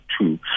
two